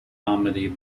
comedy